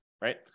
right